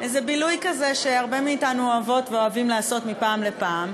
איזה בילוי כזה שהרבה מאתנו אוהבות ואוהבים לעשות מפעם לפעם.